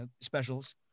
specials